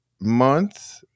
month